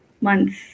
months